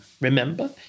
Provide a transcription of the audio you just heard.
Remember